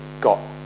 got